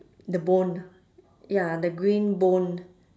the bone ya the green bone